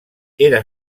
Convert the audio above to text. era